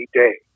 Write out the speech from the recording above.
day